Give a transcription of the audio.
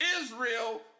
Israel